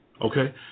Okay